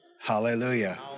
Hallelujah